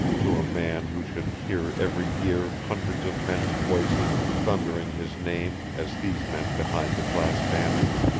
to a man who should hear every year hundreds of men's voices thundering his name as these men behind the class banners.